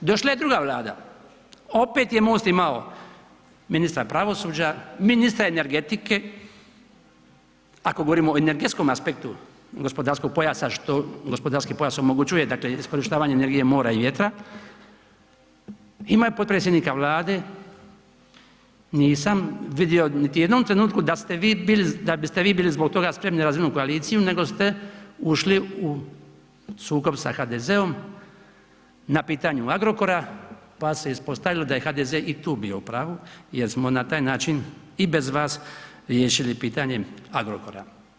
Došla je druga Vlada, opet je MOST imao ministra pravosuđa, ministra energetika, ako govorimo o energetskom aspektu gospodarskog pojasa što gospodarski pojas omogućuje, dakle, iskorištavanje energije, mora i vjetra, imao je potpredsjednika Vlade, nisam vidio niti u jednom trenutku da ste vi bili, da biste vi bili zbog toga spremni na … [[Govornik se ne razumije]] koaliciju, nego ste ušli u sukob sa HDZ-om na pitanju Agrokora, pa se ispostavilo da je HDZ i tu bio u pravu jer smo na taj način i bez vas riješili pitanje Agrokora.